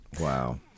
Wow